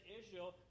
israel